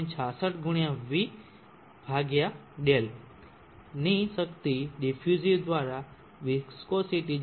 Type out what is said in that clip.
66υδ ની શક્તિ અને ડીફ્યુસિવ દ્રારા વિસ્ફોસિટી 0